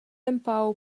empau